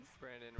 Brandon